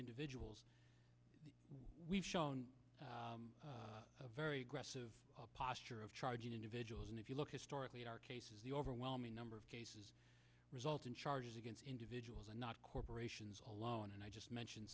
individuals we've shown a very aggressive posture of charging individuals and if you look historically at our cases the overwhelming number of cases result in charges against individuals not corporations alone and i just mentioned